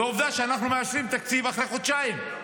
עובדה שאנחנו מאשרים תקציב אחרי חודשיים,